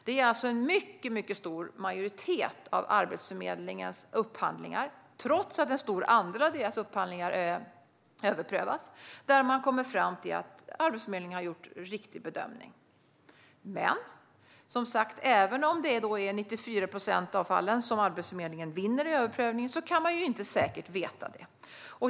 Det är alltså i en mycket stor majoritet av Arbetsförmedlingens upphandlingar som man kommer fram till att Arbetsförmedlingen har gjort en riktig bedömning, trots att en stor andel av upphandlingarna överprövas. Men även om det är i 94 procent av fallen som Arbetsförmedlingen vinner i en överprövning kan man inte säkert veta det.